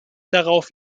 darauf